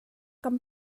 kan